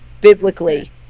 biblically